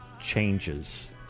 changes